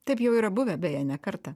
taip jau yra buvę beje ne kartą